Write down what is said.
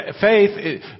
faith